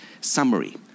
summary